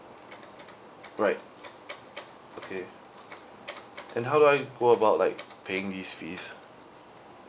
right okay and how do I go about like paying these fees